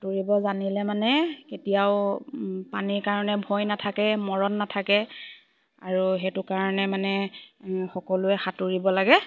সাঁতুৰিব জানিলে মানে কেতিয়াও পানীৰ কাৰণে ভয় নাথাকে মৰণ নাথাকে আৰু সেইটো কাৰণে মানে সকলোৱে সাঁতুৰিব লাগে